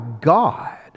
God